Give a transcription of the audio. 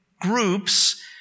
groups